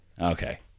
Okay